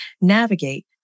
navigate